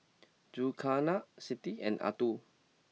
Zulkarnain Siti and Abdul